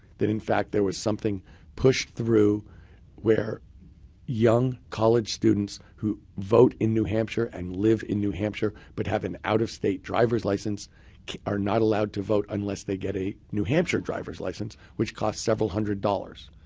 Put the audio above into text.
that in fact, there was something pushed through where young college students who vote in new hampshire and live in new hampshire but have an out-of-state driver's license are not allowed to vote unless they get a new hampshire driver's license, which cost several hundred dollars.